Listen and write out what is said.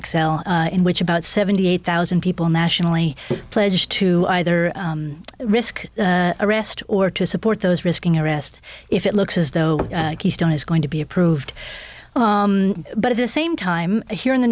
l in which about seventy eight thousand people nationally pledged to either risk arrest or to support those risking arrest if it looks as though keystone is going to be approved but at the same time here in the